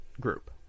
group